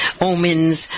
omens